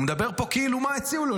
הוא מדבר פה כאילו מה הציעו לו,